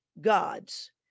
gods